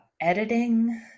Editing